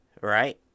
right